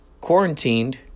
quarantined